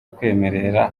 kwemerera